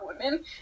women